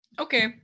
Okay